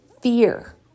fear